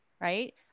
right